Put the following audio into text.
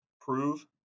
prove